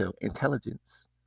intelligence